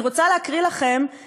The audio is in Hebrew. אני רוצה להקריא לכם,